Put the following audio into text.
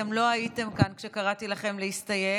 אתם לא הייתם כאן כשקראתי לכם להסתייג,